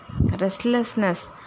restlessness